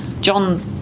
John